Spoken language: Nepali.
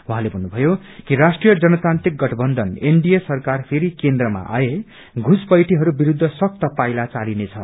उहाँले भन्नुभयो कि राष्ट्रिय जनतान्त्रिक गठबन्थन सरकार फरि केन्द्रमा आए युसपैठीहरू विरूद्व सख्त पाइला चालिनेछ